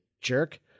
jerk